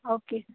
okay